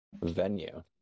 venue